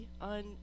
on